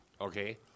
Okay